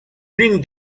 l’une